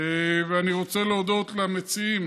ואני רוצה להודות למציעים